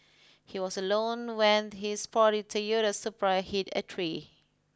he was alone when his sporty Toyota Supra hit a tree